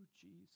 Jesus